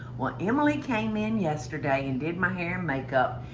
well emily came in yesterday and did my hair and makeup.